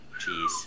Jeez